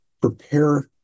prepare